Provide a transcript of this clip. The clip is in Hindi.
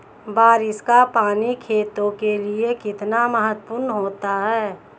बारिश का पानी खेतों के लिये कितना महत्वपूर्ण होता है?